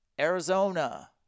Arizona